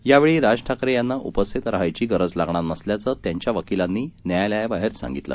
यावेळीराजठाकरेयांनाउपस्थितराहण्याचीगरजलागणारनसल्याचंत्यांच्यावकिलांनीन्यायालयाबाहेरसांगितलं